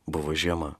buvo žiema